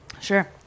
Sure